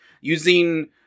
using